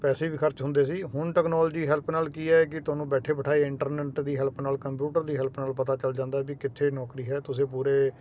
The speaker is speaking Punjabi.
ਪੈਸੇ ਵੀ ਖਰਚ ਹੁੰਦੇ ਸੀ ਹੁਣ ਟੈਕਨੋਲੋਜੀ ਹੈਲਪ ਨਾਲ ਕੀ ਹੈ ਕਿ ਤੁਹਾਨੂੰ ਬੈਠੇ ਬਿਠਾਏ ਇੰਟਰਨੈਟ ਦੀ ਹੈਲਪ ਨਾਲ ਕੰਪਿਊਟਰ ਦੀ ਹੈਲਪ ਨਾਲ ਪਤਾ ਚੱਲ ਜਾਂਦਾ ਵੀ ਕਿੱਥੇ ਨੌਕਰੀ ਹੈ ਤੁਸੀਂ ਪੂਰੇ